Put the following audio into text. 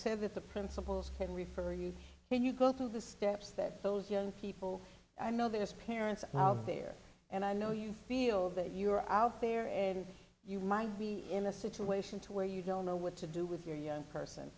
that the principals can refer you when you go through the steps that those young people i know that his parents are out there and i know you feel that you're out there and you might be in a situation to where you don't know what to do with your young person